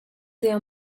their